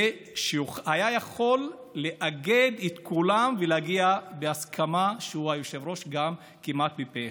הוא היה יכול לאגד את כולם ולהגיע להסכמה שהוא היושב-ראש כמעט פה אחד.